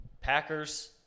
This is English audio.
Packers